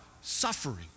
Suffering